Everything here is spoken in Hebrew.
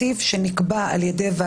קיבלנו את הצעת יושב-ראש